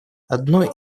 одной